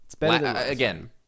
Again